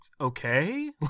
okay